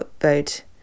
vote